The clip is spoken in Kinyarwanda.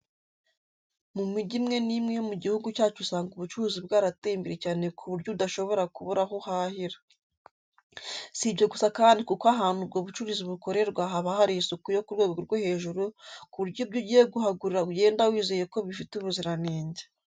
Mu mijyi imwe n'imwe yo mu gihugu cyacu usanga ubucuruzi bwarateye imbere cyane ku buryo udashobora kubura aho uhahira. Si ibyo gusa kandi kuko ahantu ubwo bucuruzi bukorerwa haba hari isuku yo ku rwego rwo hejuru ku buryo ibyo ugiye kuhagurira ugenda wizeye ko bifite ubuziranenge.